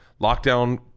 lockdown